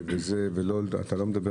אתה מדבר